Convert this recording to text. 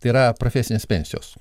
tai yra profesinės pensijos